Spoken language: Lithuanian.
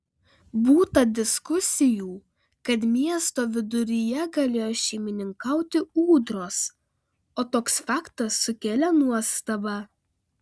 būta diskusijų kad miesto viduryje galėjo šeimininkauti ūdros o toks faktas sukėlė nuostabą